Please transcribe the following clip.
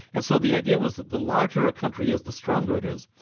and so the idea was that the larger a country is the stronger it is,